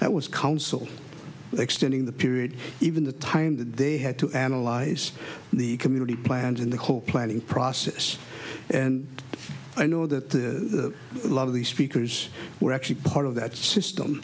that was council extending the period even the time that they had to analyze the community plans in the hope planning process and i know that the a lot of the speakers were actually part of that system